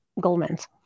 Goldman's